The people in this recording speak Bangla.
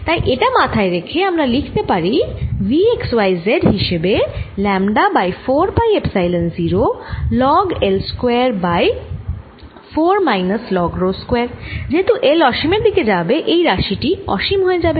তাই এটা মাথায় রেখে আমরা লিখতে পারি V x y z হিসেবে lambda by 4 pi epsilon 0 log L square by 4 minus log rho square যেহেতু L অসীম এর দিকে যাবে এই রাশি টি অসীম হয়ে যাবে